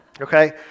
okay